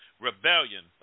rebellion